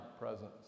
presence